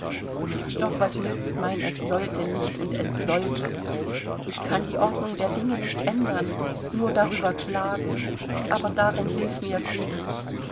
doch was nützt mein es sollte nicht und es sollte ich kann die ordnung der dinge nicht ändern nur darüber klagen aber darin hilf mir friedrich